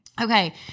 okay